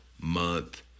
month